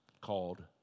called